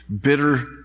Bitter